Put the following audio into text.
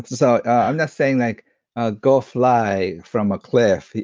so i'm not saying, like ah go fly from a cliff.